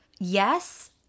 Yes